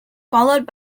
followed